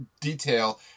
detail